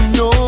no